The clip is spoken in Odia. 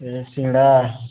ସେ ସିଙ୍ଗଡ଼ା